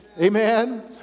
amen